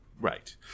Right